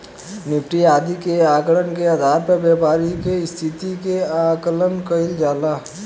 Nifty आदि के आंकड़न के आधार पर व्यापारि के स्थिति के आकलन कईल जाला